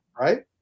Right